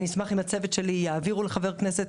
ואשמח אם הצוות שלי יעביר את ההערכה לחבר הכנסת.